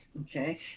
okay